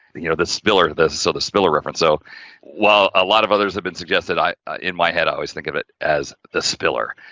you know, the spiller the, so the spiller reference so well, a lot of others have been suggested, i in my head, i always think of it as the spiller.